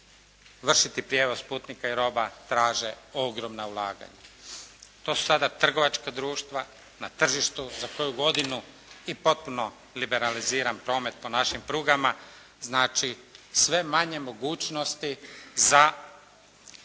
vršiti prijevoz putnika i roba traže ogromna ulaganja. To su sada trgovačka društva na tržištu, za koju godinu i potpuno liberaliziran promet po našim prugama, znači sve manje mogućnosti za